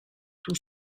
tout